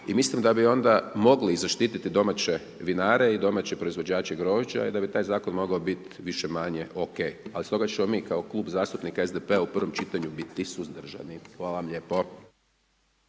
i mislim da bi onda mogli zaštiti domaće vinare i domaće proizvođače grožđa i da bi taj zakon mogao biti, više-manje ok. Ali stoga ćemo mi kao Klub zastupnika SDP-a u prvom čitanju biti suzdržani. Hvala vam lijepo.